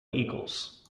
eagles